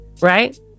right